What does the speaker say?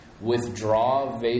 withdraw